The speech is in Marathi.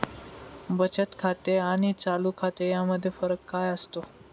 बचत खाते आणि चालू खाते यामध्ये फरक काय असतो?